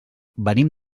venim